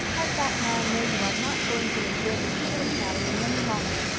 let that man know you are not going to endure his shillyshallying any longer.